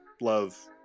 love